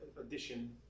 addition